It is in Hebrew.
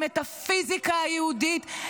המטפיזיקה היהודית,